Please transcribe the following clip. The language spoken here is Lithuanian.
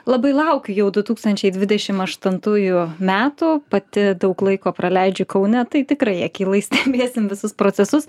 labai laukiu jau du tūkstančiai dvidešim aštuntųjų metų pati daug laiko praleidžiu kaune tai tikrai akylai stebėsim visus procesus